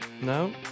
no